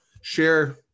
share